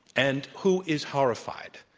and who is horrified?